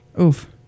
Oof